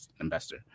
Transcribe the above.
investor